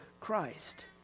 Christ